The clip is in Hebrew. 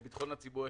ביטחון הציבור,